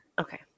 Okay